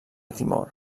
timor